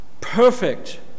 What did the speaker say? perfect